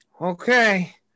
Okay